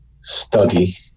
study